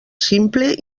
simple